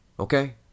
Okay